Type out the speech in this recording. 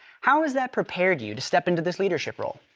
how has that prepared you to step into this leadership role?